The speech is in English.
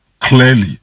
Clearly